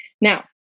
Now